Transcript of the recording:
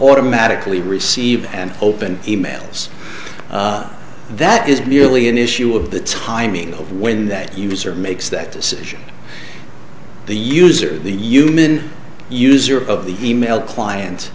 automatically receive and open emails that is merely an issue of the timing of when that user makes that decision the user the human user of the email client